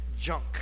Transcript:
junk